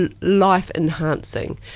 life-enhancing